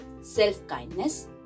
self-kindness